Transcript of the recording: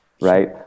right